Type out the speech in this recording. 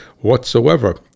whatsoever